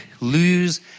lose